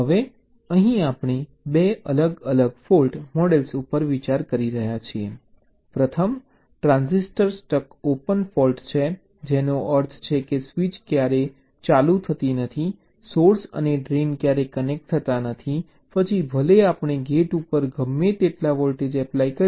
હવે અહીં આપણે 2 અલગ અલગ ફોલ્ટ મોડલ્સ ઉપર વિચાર કરી રહ્યા છીએ પ્રથમ ટ્રાન્ઝિસ્ટર સ્ટક ઓપન ફોલ્ટ છે જેનો અર્થ છે કે સ્વીચ ક્યારેય ચાલુ થતી નથી સોર્સ અને ડ્રેઇન ક્યારેય કનેક્ટ થતા નથી પછી ભલે આપણે ગેટ ઉપર ગમે તેટલા વોલ્ટેજ એપ્લાય કરીએ